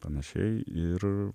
panašiai ir